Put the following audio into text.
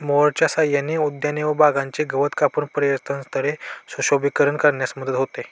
मोअरच्या सहाय्याने उद्याने व बागांचे गवत कापून पर्यटनस्थळांचे सुशोभीकरण करण्यास मदत होते